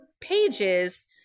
pages